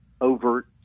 overt